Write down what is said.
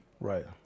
Right